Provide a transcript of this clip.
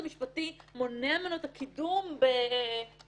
המשפטי מונע ממנו את הקידום בתואנות שווא ומותר על פי חוק